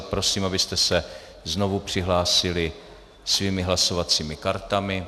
Prosím, abyste se znovu přihlásili svými hlasovacími kartami.